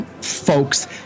folks